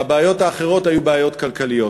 והבעיות האחרות היו בעיות כלכליות.